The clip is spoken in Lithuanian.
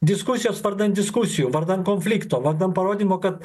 diskusijos vardan diskusijų vardan konflikto vardan parodymo kad